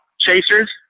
Chasers